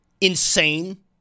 insane